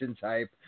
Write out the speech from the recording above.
type